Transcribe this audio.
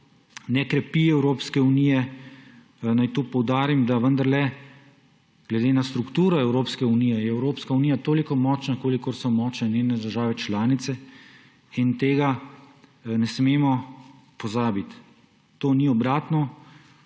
ne krepi Evropske unije. Naj tu poudarim, da je glede na strukturo Evropske unije Evropska unija vendarle močna toliko, kolikor so močne njene države članice, in tega ne smemo pozabiti. To ni obratno,